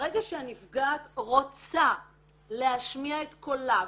ברגע שהנפגעת רוצה להשמיע את קולה,